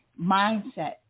mindset